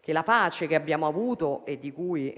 che la pace che abbiamo avuto, e di cui